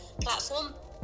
platform